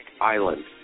Island